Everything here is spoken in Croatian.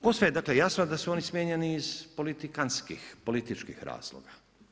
Posve je dakle, jasno da su oni smijenjeni iz politikantskih, političkih razloga.